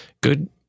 good